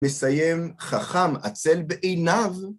מסיים חכם עצל בעיניו.